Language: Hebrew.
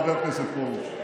חבר הכנסת פרוש,